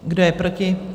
Kdo je proti?